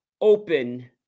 open